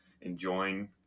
enjoying